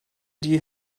die